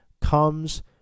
Comes